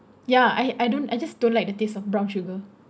ya I I don't I just don't like the taste of brown sugar